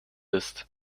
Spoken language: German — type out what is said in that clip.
ist